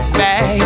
back